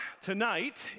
tonight